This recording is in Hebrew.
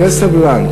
תהיה סבלן.